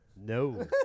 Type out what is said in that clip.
No